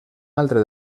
altre